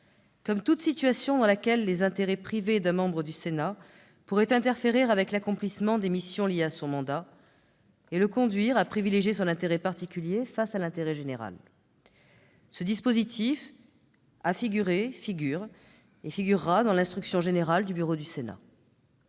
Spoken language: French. comme « toute situation dans laquelle les intérêts privés d'un membre du Sénat pourraient interférer avec l'accomplissement des missions liées à son mandat et le conduire à privilégier son intérêt particulier face à l'intérêt général ». Ce dispositif figure et figurera dans l'instruction générale du bureau du Sénat.